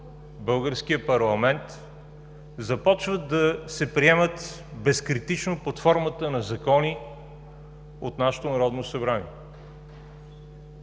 българския парламент, започват да се приемат безкритично под формата на закони от нашето Народно събрание.